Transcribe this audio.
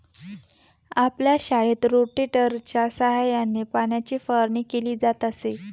आपल्या शाळेत रोटेटरच्या सहाय्याने पाण्याची फवारणी केली जात असे